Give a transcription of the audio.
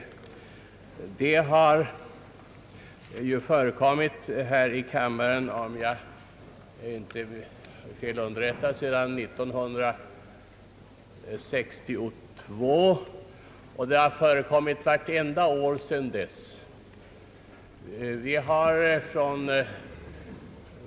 Detta ärende har ju varit uppe här i riksdagen — om jag inte är fel underrättad — redan 1962, och det har varit föremål för behandling vartenda år sedan dess.